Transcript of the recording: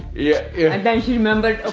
yeah yeah and then she remember, ah